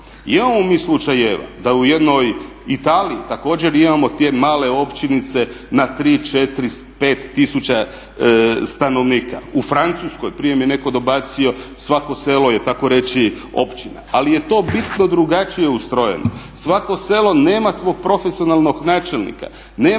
Imamo mi slučajeva da u jednoj Italiji također imamo te male općinice na tri, četiri, pet tisuća stanovnika. U Francuskoj, prije mi je netko dobacio svako selo je takoreći općina. Ali je to bitno drugačije ustrojeno. Svako selo nema svog profesionalnog načelnika,